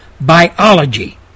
biology